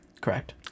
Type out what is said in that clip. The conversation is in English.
Correct